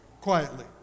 quietly